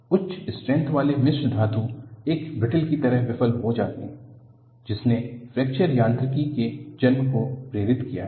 उच्च स्ट्रेंथ वाली मिश्र धातु एक ब्रिटल की तरह विफल हो जाते हैं जिसने फ्रैक्चर यांत्रिकी के जन्म को प्रेरित किया है